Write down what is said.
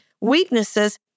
weaknesses